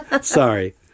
Sorry